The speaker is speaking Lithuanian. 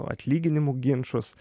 atlyginimų ginčus